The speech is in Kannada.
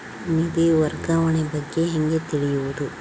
ನಿಧಿ ವರ್ಗಾವಣೆ ಬಗ್ಗೆ ಹೇಗೆ ತಿಳಿಯುವುದು?